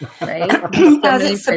Right